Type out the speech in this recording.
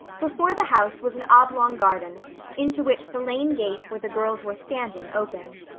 before the house was an oblong garden into which the lane gate where the girls were standing opened.